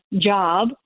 job